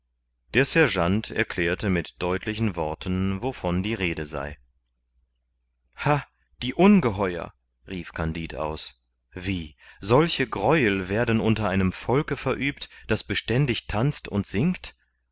der sergeant erklärte mit deutlichen worten wovon die rede sei ha die ungeheuer rief kandid aus wie solche gräuel werden unter einem volke verübt das beständig tanzt und singt